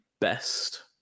best